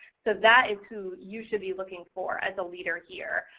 so that is who you should be looking for as a leader here.